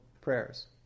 prayers